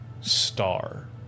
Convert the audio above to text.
star